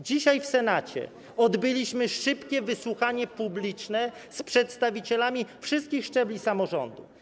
Dzisiaj w Senacie odbyliśmy szybkie wysłuchanie publiczne z przedstawicielami wszystkich szczebli samorządu.